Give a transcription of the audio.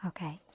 Okay